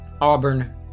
Auburn